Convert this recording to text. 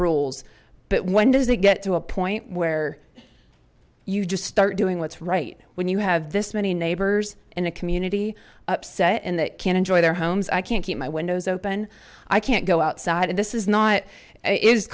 rules but when does it get to a point where you just start doing what's right when you have this many neighbors in a community upset and they can enjoy their homes i can't keep my windows open i can't go outside in this is not it